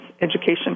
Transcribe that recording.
education